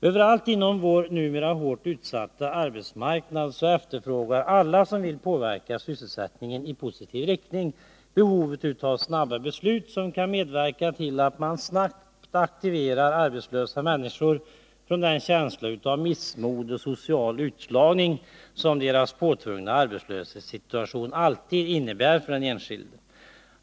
Överallt inom vår numera hårt utsatta arbetsmarknad understryker alla som vill påverka sysselsättningen i positiv riktning behovet av snabba beslut som kan medverka till att snabbt aktivera arbetslösa människor så att de inte grips av missmod och en känsla av social utslagning som påtvungen arbetslöshet lätt leder till.